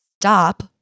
stop